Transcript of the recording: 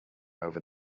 over